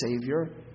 Savior